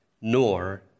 nor